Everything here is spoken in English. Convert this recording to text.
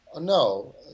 no